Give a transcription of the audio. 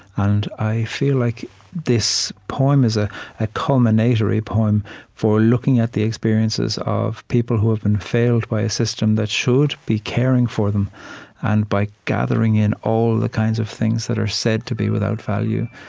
and i feel like this poem is ah a culminatory poem for looking at the experiences of people who have been failed by a system that should be caring for them and by gathering in all the kinds of things that are said to be without value,